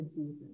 Jesus